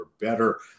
better